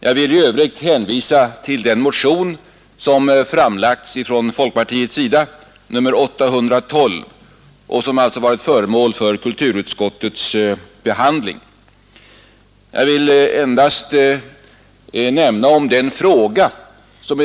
Jag vill i övrigt hänvisa till den motion nr 812 som har väckts från folkpartiets sida och som har behandlats av kulturutskottet.